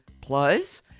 plus